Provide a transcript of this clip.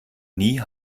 nie